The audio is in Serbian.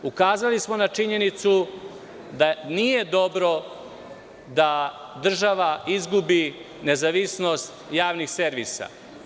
Ukazali smo na činjenicu da nije dobro da država izgubi nezavisnost javnih servisa.